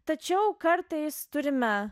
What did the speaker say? tačiau kartais turime